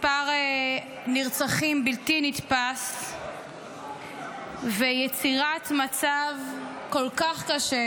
מספר נרצחים בלתי נתפס ויצירת מצב כל כך קשה,